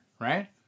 Right